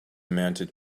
mounted